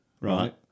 Right